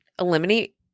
eliminate